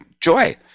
joy